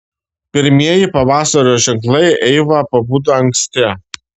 pirmieji pavasario ženklai eiva pabudo anksti